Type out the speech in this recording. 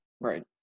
Right